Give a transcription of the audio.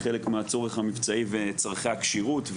חלק מהצורך המבצעי וצרכי השירות.